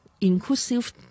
inclusive